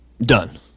done